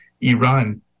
Iran